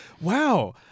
wow